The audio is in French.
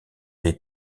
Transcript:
des